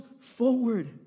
forward